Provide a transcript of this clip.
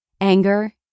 anger